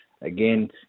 again